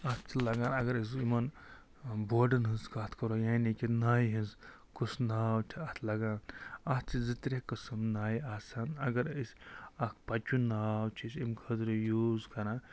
اَتھ چھِ لَگان اگر أسۍ یِمَن بورڈَن ہٕنٛز کَتھ کَرو یعنی کہِ نایِہ ہِنٛز کُس ناو چھِ اَتھ لگان اَتھ چھِ زٕ ترٛےٚ قٕسٕم نایہِ آسان اگر أسۍ اَکھ پَچوٗ ناو چھِ أسۍ اَمہِ خٲطرٕ یوٗز کران